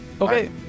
Okay